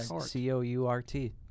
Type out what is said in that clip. C-O-U-R-T